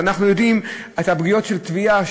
אנחנו יודעים על הפגיעות של טביעה,